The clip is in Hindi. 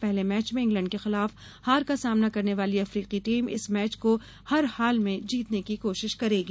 पहले मैच में इंग्लेंड के खिलाफ हार का सामना करने वाली अफ्रीकी टीम इस मैच को हर हाल में जीतने की कोशीश करेगी